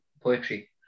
poetry